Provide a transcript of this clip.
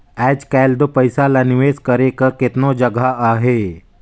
आएज काएल दो पइसा ल निवेस करे कर केतनो जगहा अहे